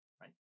right